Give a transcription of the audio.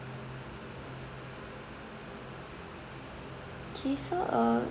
okay so uh